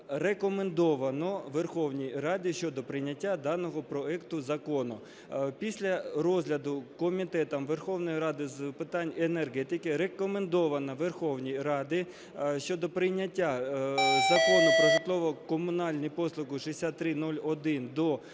рекомендовано Верховній Раді щодо прийняття даного проекту закону. Після розгляду Комітетом Верховної Ради з питань енергетики рекомендовано Верховній Раді щодо прийняття Закону "Про житлово-комунальні послуги" (6301)